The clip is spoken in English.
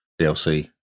DLC